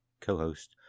co-host